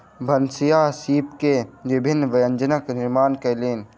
भनसिया सीप के विभिन्न व्यंजनक निर्माण कयलैन